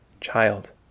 Child